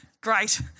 Great